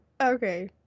okay